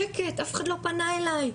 שקט, אף אחד לא פנה אליי.